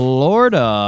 Florida